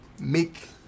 make